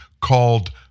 called